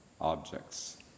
objects